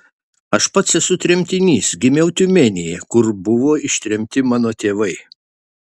aš pats esu tremtinys gimiau tiumenėje kur buvo ištremti mano tėvai